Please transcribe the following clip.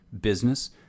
business